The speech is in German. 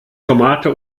tomate